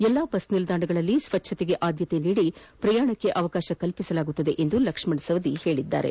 ಎಲ್ಲಾ ಬಸ್ ನಿಲ್ದಾಣಗಳಲ್ಲಿ ಸ್ವಚ್ವತೆಗೆ ಆದ್ಯತೆ ನೀಡಿ ಪ್ರಯಾಣಕ್ಕೆ ಅವಕಾಶ ಕಲ್ಪಿಸಲಾಗುವುದು ಎಂದು ಲಕ್ಷ್ಮಣ ಸವದಿ ತಿಳಿಸಿದರು